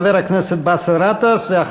חבר הכנסת באסל גטאס,